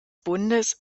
bundes